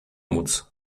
móc